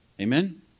Amen